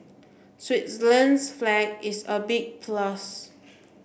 Switzerland's flag is a big plus